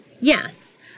Yes